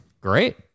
great